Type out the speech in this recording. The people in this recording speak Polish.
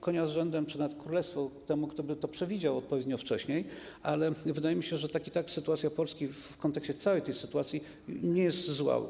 Konia z rzędem czy nawet królestwo temu, kto by to przewidział odpowiednio wcześniej, ale wydaje mi się, że i tak sytuacja Polski w kontekście całej tej sytuacji nie jest zła.